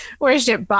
worship